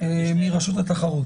מרשות התחרות,